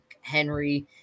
Henry